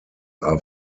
are